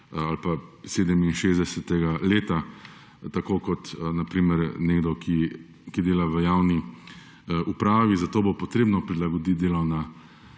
ali pa 67. leta, tako kot na primer nekdo, ki dela v javni upravi. Zato bo treba prilagoditi delovna